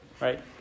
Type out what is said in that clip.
right